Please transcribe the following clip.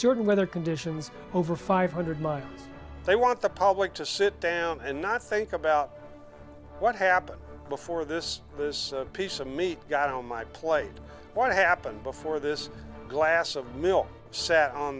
certain weather conditions over five hundred miles they want the public to sit down and not think about what happened before this piece of meat got on my plate what happened before this glass of milk sat on